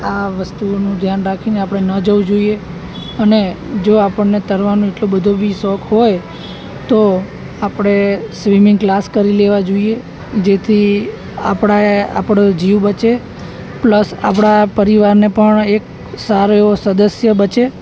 આ વસ્તુઓનું ધ્યાન રાખીને આપણે ન જવું જોઈએ અને જો આપણને તરવાનો એટલો બધો બી શોખ હોય તો આપણે સ્વિમિંગ ક્લાસ કરી લેવા જોઈએ જેથી આપણા એ આપણો જીવ બચે પ્લસ આપણા પરિવારને પણ એક સારો એવો સદસ્ય બચે